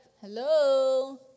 hello